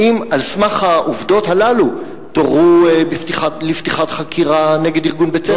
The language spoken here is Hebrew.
האם על סמך העובדות הללו תורו לפתיחת חקירה נגד ארגון "בצלם"?